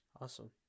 Awesome